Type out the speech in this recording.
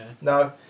No